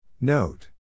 Note